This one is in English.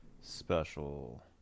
special